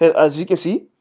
as you can see,